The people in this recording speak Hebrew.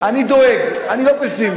אני דואג, אני לא פסימי.